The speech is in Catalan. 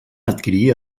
adquirir